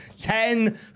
Ten